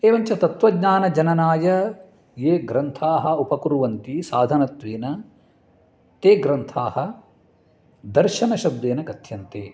एवञ्च तत्त्वज्ञानजननाय ये ग्रन्थाः उपकुर्वन्ति साधनत्वेन ते ग्रन्थाः दर्शनशब्देन कथ्यन्ते